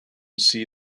see